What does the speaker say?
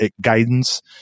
guidance